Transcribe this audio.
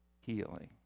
healing